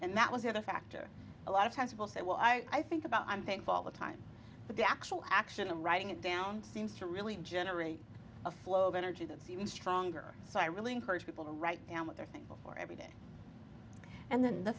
and that was it a factor a lot of times people say well i think about i'm thankful all the time but the actual action of writing it down seems to really generate a flow of energy that's even stronger so i really encourage people to write down what they're thankful for every day and then the